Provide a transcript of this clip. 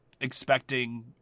expecting